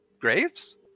graves